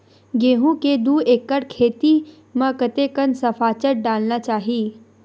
गेहूं के दू एकड़ खेती म कतेकन सफाचट डालना चाहि?